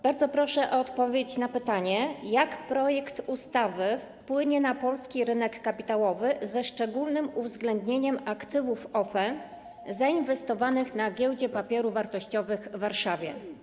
Bardzo proszę o odpowiedź na pytanie, jak projekt ustawy wpłynie na polski rynek kapitałowy, ze szczególnym uwzględnieniem aktywów OFE zainwestowanych na Giełdzie Papierów Wartościowych w Warszawie.